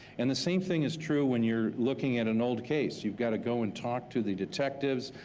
and the same thing is true when you're looking at an old case. you've gotta go and talk to the detectives,